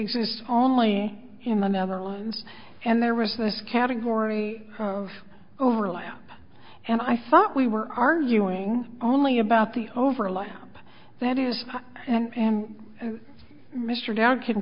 exists only in the netherlands and there was this category overlap and i thought we were arguing only about the overlap that is and mr downer can